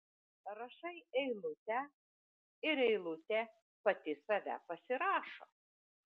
rašai eilutę ir eilutė pati save pasirašo